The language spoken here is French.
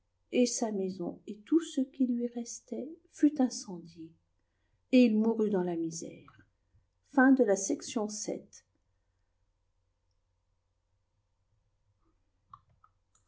et sa maison et tout ce qui lui restait fut incendié et il mourut dans la misère